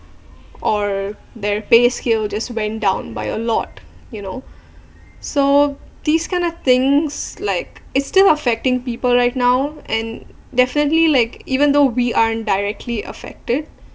or their pay scale just went down by a lot you know so these kind of things like it's still affecting people right now and definitely like even though we are indirectly affected